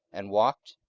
and walked,